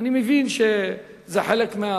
מדברים על